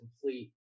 complete